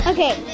Okay